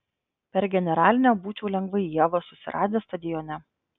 per generalinę būčiau lengvai ievą susiradęs stadione